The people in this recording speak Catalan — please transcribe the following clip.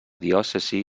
diòcesi